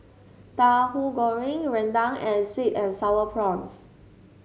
Tauhu Goreng rendang and sweet and sour prawns